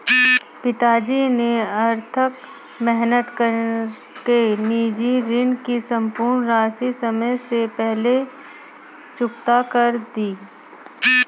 पिताजी ने अथक मेहनत कर के निजी ऋण की सम्पूर्ण राशि समय से पहले चुकता कर दी